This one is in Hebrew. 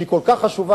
שהיא כל כך חשובה,